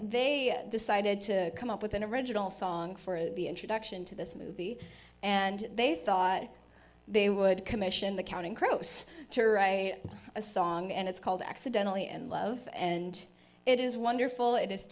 they decided to come up with an original song for the introduction to this movie and they thought they would commission the counting crows to a song and it's called accidentally and love and it is wonderful it i